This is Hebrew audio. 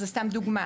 זו סתם דוגמה.